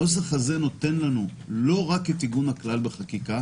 הנוסח הנוכחי נותן לנו לא רק את עיגון הכלל בחקיקה,